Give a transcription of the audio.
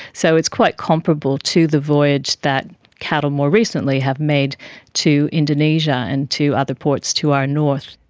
so it's quite comparable to the voyage that cattle more recently have made to indonesia and to other ports to our north.